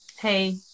hey